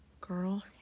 girl